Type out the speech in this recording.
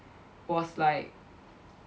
was like